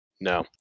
No